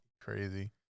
Crazy